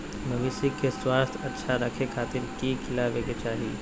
मवेसी के स्वास्थ्य अच्छा रखे खातिर की खिलावे के चाही?